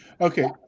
Okay